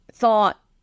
thought